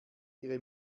ihre